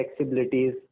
flexibilities